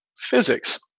physics